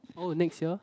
oh next year